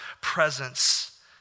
presence